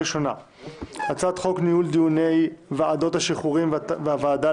הצעת חוק ניהול דיוני ועדות השחרורים והוועדה